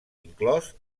inclòs